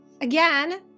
again